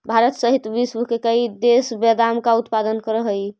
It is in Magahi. भारत सहित विश्व के कई देश बादाम का उत्पादन करअ हई